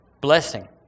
blessing